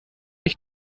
die